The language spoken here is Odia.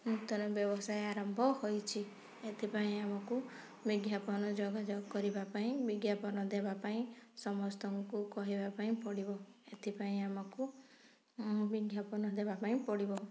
ନୂତନ ବ୍ୟବସାୟ ଆରମ୍ଭ ହୋଇଛି ଏଥିପାଇଁ ଆମକୁ ବିଜ୍ଞାପନ ଯୋଗାଯୋଗ କରିବା ପାଇଁ ବିଜ୍ଞାପନ ଦେବା ପାଇଁ ସମସ୍ତଙ୍କୁ କହିବା ପାଇଁ ପଡ଼ିବ ଏଥିପାଇଁ ଆମକୁ ବିଜ୍ଞାପନ ଦେବା ପାଇଁ ପଡ଼ିବ